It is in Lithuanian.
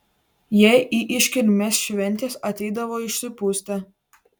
jie į iškilmes ir šventes ateidavo išsipustę